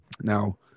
Now